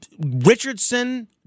Richardson